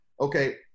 Okay